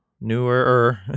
Newer